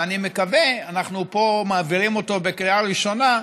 ואני מקווה, אנחנו פה מעבירים אותו בקריאה ראשונה,